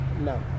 No